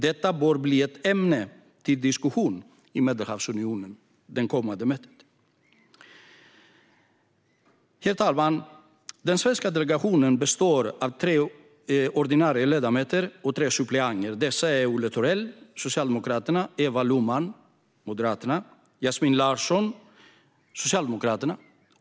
Detta bör bli ett ämne till diskussion i Medelhavsunionen på det kommande mötet. Herr talman! Den svenska delegationen består av tre ordinarie ledamöter och tre suppleanter. Ordinarie är Olle Thorell, Socialdemokraterna, Eva Lohman, Moderaterna och Yasmine Larsson, Socialdemokraterna.